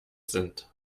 sind